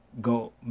go